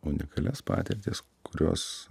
unikalias patirtis kurios